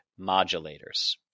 modulators